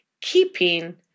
keeping